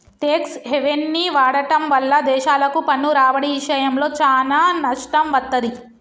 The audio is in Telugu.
ట్యేక్స్ హెవెన్ని వాడటం వల్ల దేశాలకు పన్ను రాబడి ఇషయంలో చానా నష్టం వత్తది